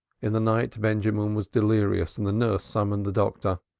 in the night benjamin was delirious, and the nurse summoned the doctor,